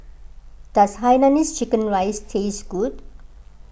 does Hainanese Chicken Rice taste good